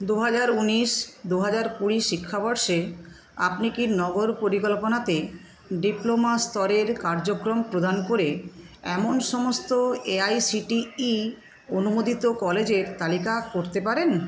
দু হাজার উনিশ দু হাজার কুড়ি শিক্ষাবর্ষে আপনি কি নগর পরিকল্পনা তে ডিপ্লোমা স্তরের কার্যক্রম প্রদান করে এমন সমস্ত এআইসিটিই অনুমোদিত কলেজের তালিকা করতে পারেন